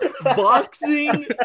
Boxing